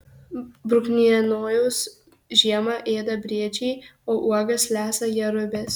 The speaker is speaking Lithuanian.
bruknienojus žiemą ėda briedžiai o uogas lesa jerubės